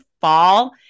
fall